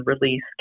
release